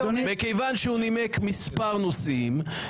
מכיוון שהוא נימק מספר נושאים,